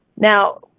Now